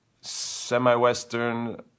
semi-Western